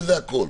זה הכול.